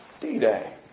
D-Day